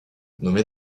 nommé